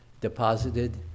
deposited